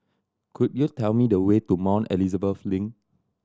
could you tell me the way to Mount Elizabeth Link